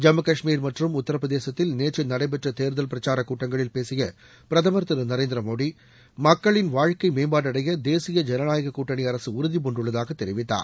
ஜம்மு காஷ்மீர் மற்றும் உத்தரப்பிரதேசத்தில் நேற்று நடைபெற்ற தேர்தல் பிரச்சார கூட்டங்களில் பேசிய பிரதமர் திரு நரேந்திரமோடி மக்களின் வாழ்க்கை மேம்பாடு அடைய தேசிய ஜனநாயக கூட்டணி அரசு உறுதிபூண்டுள்ளதாக தெரிவித்தார்